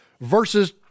versus